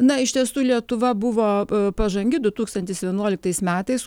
na iš tiesų lietuva buvo pažangi du tūkstantis vienuoliktais metais